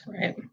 Right